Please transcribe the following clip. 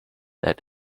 that